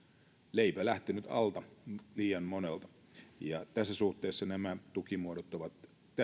leipä lähtenyt alta ja tässä suhteessa nämä tukimuodot ovat